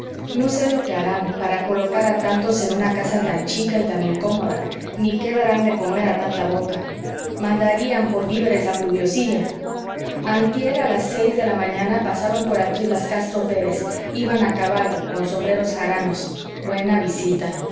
no sé lo que harán para colocar a tantos en una casa tan chica y tan incómoda ni qué darán de comer a tanta boca mandarían por víveres a pluviosilla antier a las seis de la mañana pasaron por aquí las castro pérez iban a caballo con sombreros jaranos buena visita